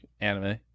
anime